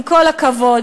עם כל הכבוד,